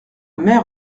mère